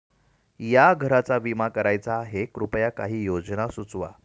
या घराचा विमा करायचा आहे कृपया काही योजना सुचवा